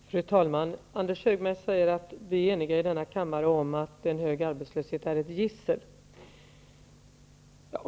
Fru talman! Anders G. Högmark säger att vi i denna kammare är eniga om att en hög arbetslöshet är ett gissel.